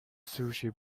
sushi